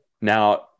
Now